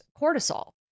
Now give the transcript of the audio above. cortisol